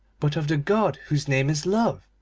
but of the god whose name is love.